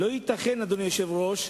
לא ייתכן, אדוני היושב-ראש,